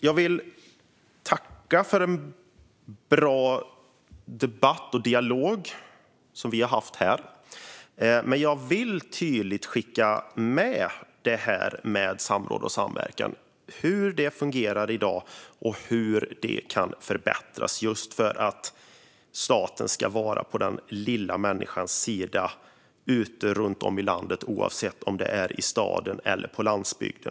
Jag vill tacka för en bra debatt och dialog, vilket vi har haft här, men jag vill tydligt skicka med hur detta med samråd och samverkan fungerar i dag och hur det kan förbättras. Det handlar om att staten ska vara på den lilla människans sida runt om i landet, oavsett om det gäller stad eller landsbygd.